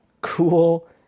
cool